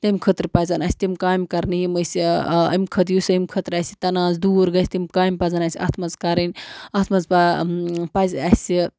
تمہِ خٲطرٕ پَزَن اَسہِ تِم کامہِ کَرنہِ یِم أسۍ اَمہِ خٲطرٕ یُس اَمہِ خٲطرٕ اَسہِ تَناز دوٗر گَژھِ تِم کامہِ پَزَن اَسہِ اَتھ منٛز کَرٕنۍ اَتھ منٛز پَزِ اَسہِ